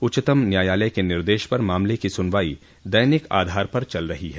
उच्चतम न्यायालय के निर्देश पर मामले की सुनवाई दैनिक आधार पर चल रही है